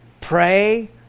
pray